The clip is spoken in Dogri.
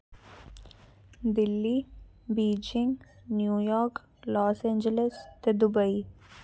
Delhi Beijing New York Los Angeles Dubai